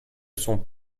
sont